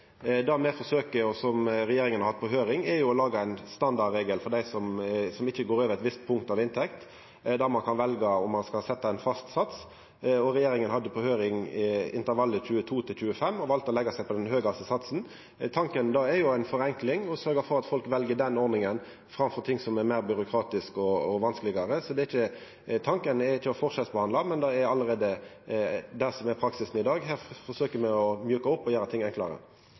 Det me forsøker å gjera – dette er noko som regjeringa har hatt på høyring – er å laga ein standardregel for dei som ikkje går over eit visst punkt med tanke på inntekt, der ein kan velja om ein skal setja ein fast sats. Regjeringa hadde intervallet 22–25 på høyring, og valde å leggja seg på den høgaste satsen. Tanken med det er å gjera det enklare og å sørgja for at folk vel den ordninga framfor noko som er meir byråkratisk og vanskelegare. Tanken er ikkje å forskjellsbehandla, men det er praksisen allereie i dag. Her forsøker me å mjuka opp og gjera ting enklare.